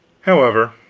however,